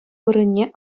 вырӑнне